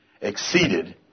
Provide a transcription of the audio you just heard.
exceeded